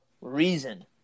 reason